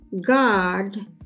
God